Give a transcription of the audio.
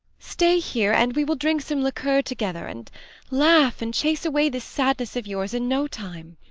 stay here, and we will drink some liqueur together, and laugh, and chase away this sadness of yours in no time.